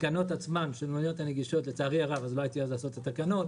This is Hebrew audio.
תקנות המוניות הנגישות לצערי הרב לא הייתי אז לעשות את התקנות